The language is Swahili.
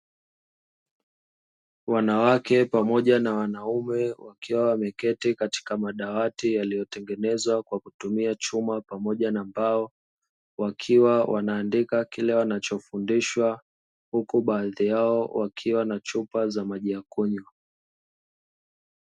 Wanawake pamoja na wanaume wakiwa wameketi katika madawati yaliyotengenezwa kwa kutumia chuma pamoja na mbao, wakiwa wanaandika kile wanachofundishwa huku baadhi yao wakiwa na chupa za maji ya kunywa.